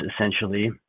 essentially